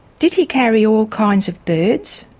did he carry all kinds of birds,